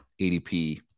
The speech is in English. ADP